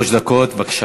שלוש דקות, בבקשה.